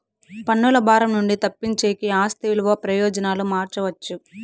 పన్నుల భారం నుండి తప్పించేకి ఆస్తి విలువ ప్రయోజనాలు మార్చవచ్చు